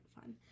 fun